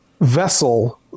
vessel